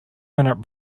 minute